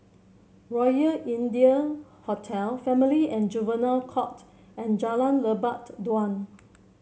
Royal India Hotel Family and Juvenile Court and Jalan Lebat Daun